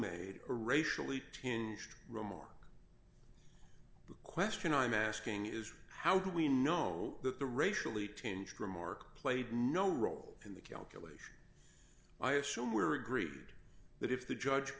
a racially remark question i'm asking is how do we know that the racially to change remark played no role in the calculation i assume were agreed that if the judge